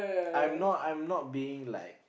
I'm not I'm not being like